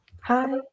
Hi